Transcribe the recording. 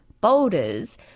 boulders